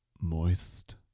moist